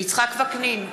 יצחק וקנין,